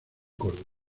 córdoba